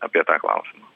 apie tą klausimą